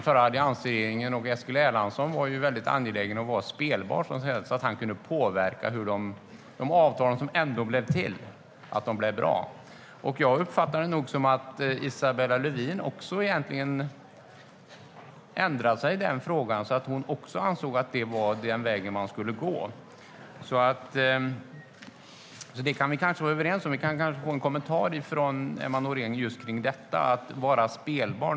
Eskil Erlandsson i den tidigare alliansregeringen var väldigt angelägen om att vara spelbar, så att han kunde påverka de avtal som ändå blev till och se till att de blev bra. Jag uppfattar det nog som att Isabella Lövin ändrat sig i den frågan och kommit att instämma i att det är den väg man ska gå. Detta kan vi kanske vara överens om. Kan vi möjligen få en kommentar från Emma Nohrén om detta med att vara spelbar?